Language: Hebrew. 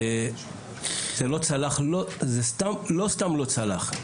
לא סתם זה לא צלח.